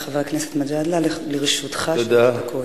בבקשה, חבר הכנסת מג'אדלה, לרשותך שלוש דקות.